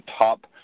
top